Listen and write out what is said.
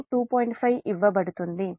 5 ఇవ్వబడుతుంది అంటే 2